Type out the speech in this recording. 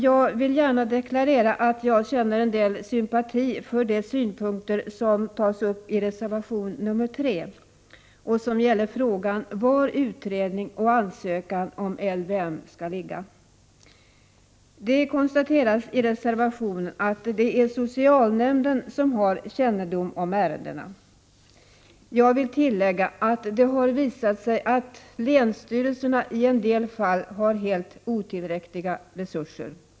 Jag vill gärna deklarera att jag känner en del sympati för de synpunkter som tas uppi reservation nr 3 och som gäller frågan var utredning och ansökan om LVM skall ligga. Det konstateras i reservationen att det är socialnämnden som har kännedom om ärendena. Jag vill tillägga att det har visat sig att länsstyrelserna i en del fall har helt otillräckliga resurser.